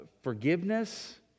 forgiveness